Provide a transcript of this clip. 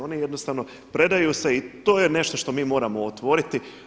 Oni jednostavno predaju se i to je nešto što mi moramo otvoriti.